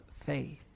faith